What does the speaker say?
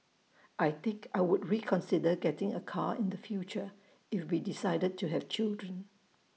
I think I would reconsider getting A car in the future if we decided to have children